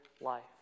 life